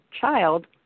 child